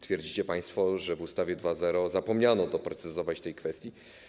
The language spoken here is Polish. Twierdzicie państwo, że w ustawie 2.0 zapomniano doprecyzować tej kwestii.